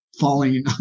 falling